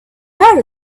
heard